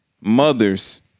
mothers